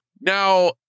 Now